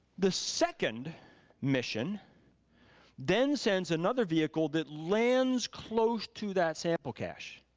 the second mission then sends another vehicle that lands close to that sample cache.